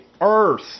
Earth